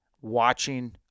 watching